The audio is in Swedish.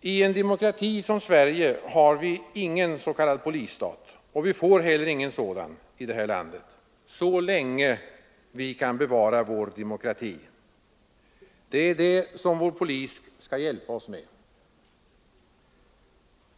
I en demokrati som Sverige har vi ingen s.k. polisstat och vi får heller ingen sådan i det här landet, så länge vi kan bevara vår demokrati. Det är detta som vår polis skall hjälpa oss med.